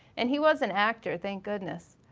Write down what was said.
and he was an actor, thank goodness.